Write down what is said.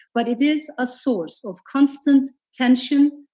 but it is a source of constant tension,